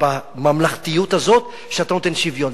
בממלכתיות הזאת, שאתה נותן שוויון.